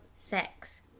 sex